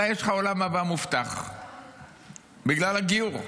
אתה, יש לך העולם הבא מובטח בגלל הגיור.